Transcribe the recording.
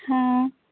हां